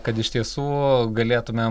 kad iš tiesų galėtume